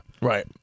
Right